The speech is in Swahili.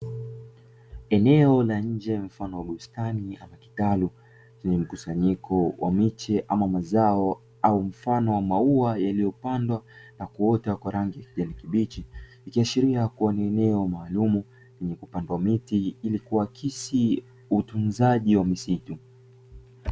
Eneo la nje mfano wa bustani ama kitalu, chenye mkusanyiko wa miche ama mazao au mfano wa maua yaliyopandwa na kuota kwa rangi ya kijani kibichi, ikiashiria kuwa ni eneo maalumu lenye kupanda miti ili kuashiria utunzaji wa misitu.